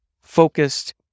focused